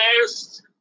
last